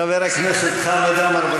חבר הכנסת חמד עמאר,